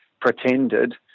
pretended